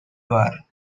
war